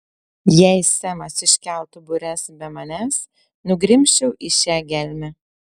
jei semas iškeltų bures be manęs nugrimzčiau į šią gelmę